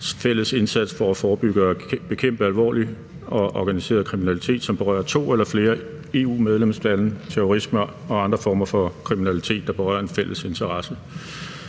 fælles indsats for at forebygge og bekæmpe alvorlig og organiseret kriminalitet, som berører to eller flere EU-medlemslande, og terrorisme og andre former for kriminalitet, der berører en fælles interesse.